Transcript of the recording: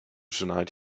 tonight